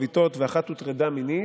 צביטות ואחת הוטרדה מינית",